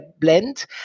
blend